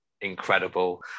incredible